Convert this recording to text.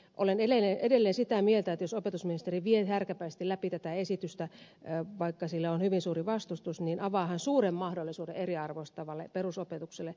olen edelleen sitä mieltä että jos opetusministeri vie härkäpäisesti läpi tätä esitystä vaikka sille on hyvin suuri vastustus niin avaa hän suuren mahdollisuuden eriarvoistavalle perusopetukselle